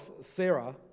Sarah